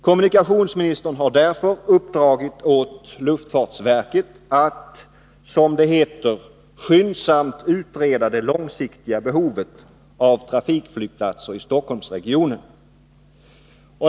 Kommunikationsministern har därför uppdragit åt luftfartsverket att ”skyndsamt utreda det långsiktiga behovet av trafikflygplatser i Stockholmsregionen”.